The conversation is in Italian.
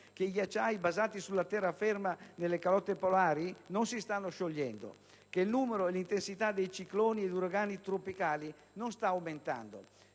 che i ghiacciai basati su terraferma nelle calotte polari non si stanno sciogliendo; che il numero e l'intensità dei cicloni ed uragani tropicali non sta aumentando;